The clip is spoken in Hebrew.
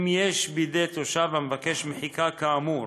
אם יש בידי תושב המבקש מחיקה כאמור